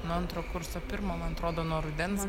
nuo antro kurso pirmo man atrodo nuo rudens